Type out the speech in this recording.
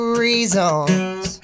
reasons